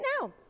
now